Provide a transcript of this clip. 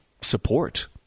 support